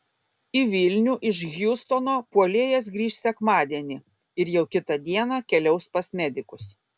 į vilnių iš hjustono puolėjas grįš sekmadienį ir jau kitą dieną keliaus pas medikus